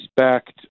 respect